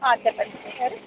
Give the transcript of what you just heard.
చెప్పండి ఎవరు